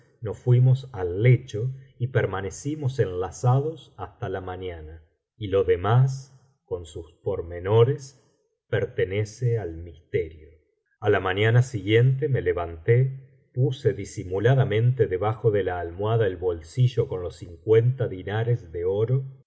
nos fuimos al lecho y permanecimos enlazados hasta la mañana y lo demás con sus pormenores pertenece al misterio a la mañana siguiente me levanté puse disimuladamente debajo de la almohada el bolsillo con los cincuenta dinares de oro me